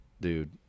dude